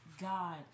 God